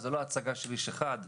זה לא הצגה של איש אחד,